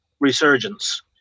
resurgence